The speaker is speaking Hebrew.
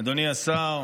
אינה נוכחת,